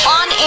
on